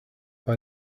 but